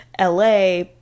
la